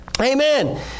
Amen